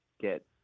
get